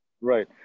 Right